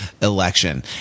Election